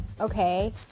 okay